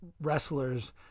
wrestlers